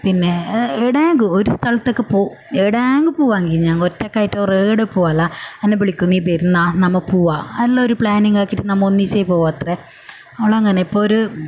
പിന്നെ ഏടെങ്കു ഒരു സ്ഥലത്തൊക്കെ പോ ഏടെങ്കു പോകുകയാണെങ്കിൽ ഞാൻ ഒറ്റക്ക് ആക്കിയിട്ട് ഓറ് എവിടെ പോകില്ല എന്നെ വിളിക്കും നീ വരുന്നോ നമ്മൾ പോവാം എല്ലാം ഒരു പ്ലാനിംഗ് ആക്കിയിട്ട് നമ്മൾ ഒരുമിച്ചേ പോവത്രെ ഓളങ്ങനെ ഇപ്പം ഒരു